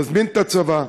נזמין את הצבא,